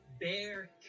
Bear